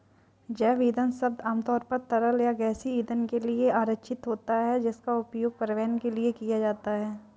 जैव ईंधन शब्द आमतौर पर तरल या गैसीय ईंधन के लिए आरक्षित होता है, जिसका उपयोग परिवहन के लिए किया जाता है